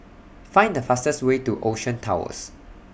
Find The fastest Way to Ocean Towers